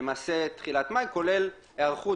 למעשה תחילת מאי, כולל היערכות.